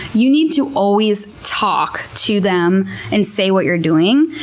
you need to always talk to them and say what you're doing.